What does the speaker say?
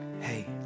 hey